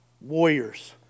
warriors